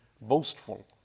boastful